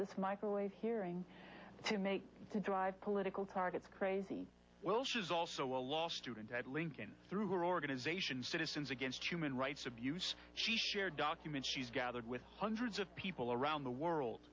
this microwave hearing to make to drive political targets crazy well she's also a law student at lincoln through her organization citizens against human rights abuse she shared documents she's gathered with hundreds of people around the world